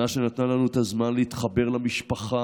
שנה שנתנה לנו את הזמן להתחבר למשפחה,